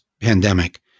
pandemic